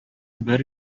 бер